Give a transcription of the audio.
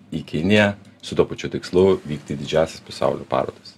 į kiniją su tuo pačiu tikslu vykti į didžiąsias pasaulio parodas